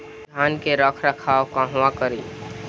धान के रख रखाव कहवा करी?